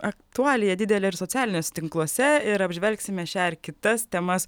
aktualija didelė ir socialiniuose tinkluose ir apžvelgsime šią ir kitas temas